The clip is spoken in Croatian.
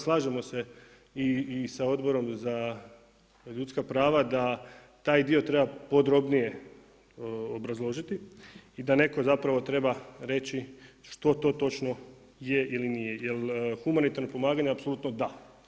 Slažemo se i sa Odborom za ljudska prava da taj dio treba podrobnije obrazložiti i da netko zapravo treba reći što to točno je ili nije jer humanitarna pomaganja apsolutno da.